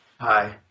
Hi